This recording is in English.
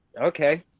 okay